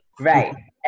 Right